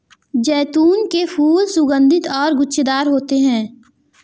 जैतून के फूल सुगन्धित और गुच्छेदार होते हैं